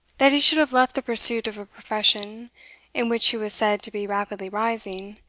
that he should have left the pursuit of a profession in which he was said to be rapidly rising,